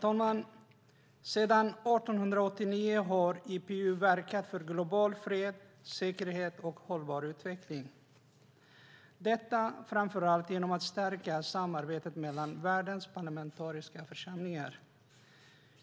Herr talman! Sedan 1889 har IPU verkat för global fred, säkerhet och hållbar utveckling, detta framför allt genom att stärka samarbetet mellan världens parlamentariska församlingar.